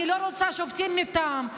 אני לא רוצה שופטים מטעם.